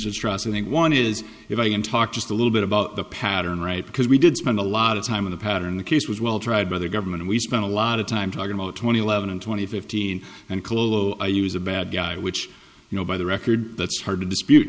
distrusting one is if i am talked a little bit about the pattern right because we did spend a lot of time in the pattern the case was well tried by the government we spent a lot of time talking about twenty eleven and twenty fifteen and i use a bad guy which you know by the record that's hard to dispute